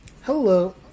Hello